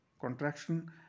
contraction